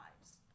lives